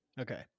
Okay